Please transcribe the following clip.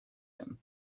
him